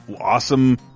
awesome